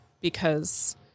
because-